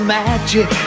magic